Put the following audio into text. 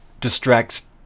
distracts